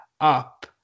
up